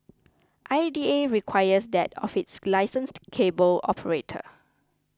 I D A requires that of its licensed cable operator